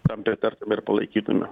tam pritartumėte palaikytumėme